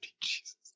jesus